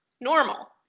normal